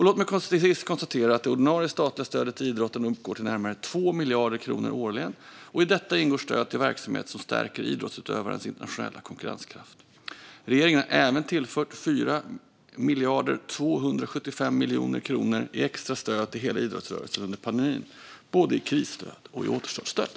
Låt mig till sist konstatera att det ordinarie statliga stödet till idrotten uppgår till närmare 2 miljarder kronor årligen, och i detta ingår stöd till verksamhet som stärker idrottsutövares internationella konkurrenskraft. Regeringen har även tillfört 4,275 miljarder kronor i extra stöd till hela idrottsrörelsen under pandemin, både i krisstöd och i återstartsstöd.